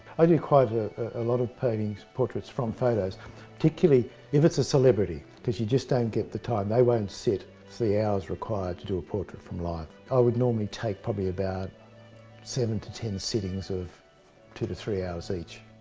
i do quite ah a lot of paintings, portraits from photos particularly if it's a celebrity. because you just don't get the time they won't sit for the hours required to do a portrait from life. i would normally take probably about seven to ten sittings of two to three hours each,